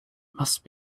must